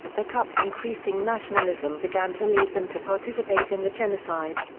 the cup's increasing nationalism began to lead them to participate in the genocide.